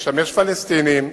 תשמש פלסטינים,